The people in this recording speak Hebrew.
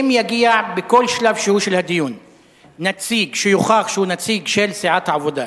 אם יגיע בכל שלב שהוא של הדיון נציג שיוכח שהוא נציג של סיעת העבודה,